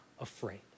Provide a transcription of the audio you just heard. afraid